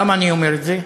למה אני אומר את זה?